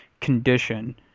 condition